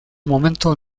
momento